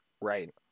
Right